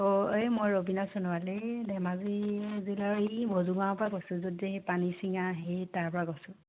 অঁ এই মই ৰবিনা সোণোৱাল ধেমাজি জিলাৰ এই মজুমাৰ পৰা কৈছোঁ পানী চিঙা সেই তাৰপৰা কৈছোঁ